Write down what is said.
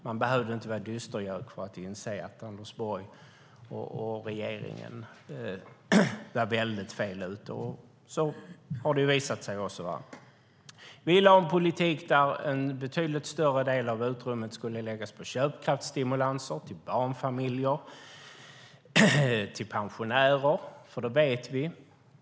Man behövde inte vara en dystergök för att inse att Anders Borg och regeringen var väldigt fel ute, och så har det också visat sig vara. Vi lade fram en politik där en betydligt större del av utrymmet skulle läggas på köpkraftsstimulanser till barnfamiljer och pensionärer.